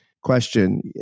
question